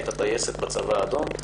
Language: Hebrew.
היא הייתה טייסת בצבא האדום,